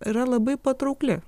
yra labai patraukli